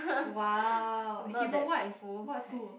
!wah! he from what what school